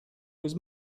was